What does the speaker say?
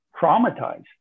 traumatized